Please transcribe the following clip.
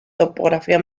topografía